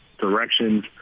directions